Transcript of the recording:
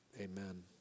amen